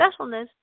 specialness